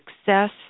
success